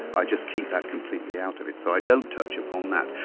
i just keep that completely out of it, so i don't touch upon that.